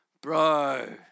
Bro